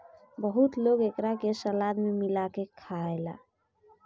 बहुत लोग एकरा के सलाद में मिला के खाएला